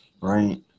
right